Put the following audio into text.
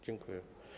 Dziękuję.